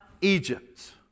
Egypt